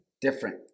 Different